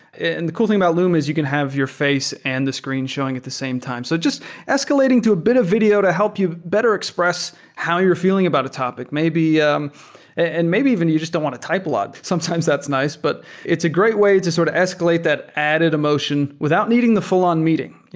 and the cool thing about loom is you can have your face and the screen showing at the same time. so just escalating to a bit of video to help you better express how you're feeling about a topic. maybe um and maybe even you just don't want to type a lot. sometimes that's nice, but it's a great way to sort of escalate that added emotion without needing the full-on meeting.